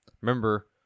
Remember